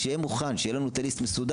בשביל שיהיה מוכן, שיהיה לנו תהליך מסודר.